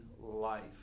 life